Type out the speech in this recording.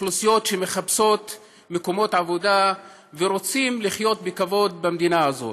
אוכלוסיות שמחפשות מקומות עבודה ורוצות לחיות בכבוד במדינה הזאת.